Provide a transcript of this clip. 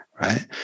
right